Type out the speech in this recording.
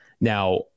now